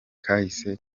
kahise